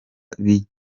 bikenewe